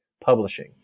publishing